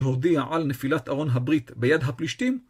והודיע על נפילת ארון הברית ביד הפלישתים?